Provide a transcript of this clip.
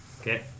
Okay